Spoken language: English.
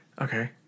Okay